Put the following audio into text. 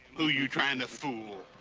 who you trying to fool?